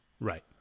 Right